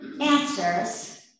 answers